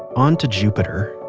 on to jupiter,